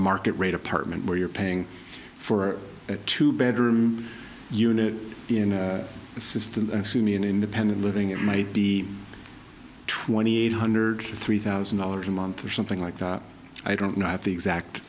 market rate apartment where you're paying for a two bedroom unit in a system sumi an independent living it might be twenty eight hundred three thousand dollars a month or something like that i don't know the exact